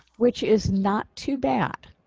which is not too bad.